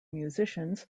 musicians